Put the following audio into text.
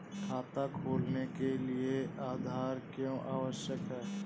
खाता खोलने के लिए आधार क्यो आवश्यक है?